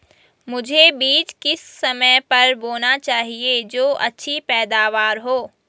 मुझे बीज किस समय पर बोना चाहिए जो अच्छी पैदावार हो?